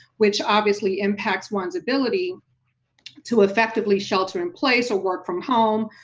which obviously impacts one's ability to effectively shelter-in-place or work from home,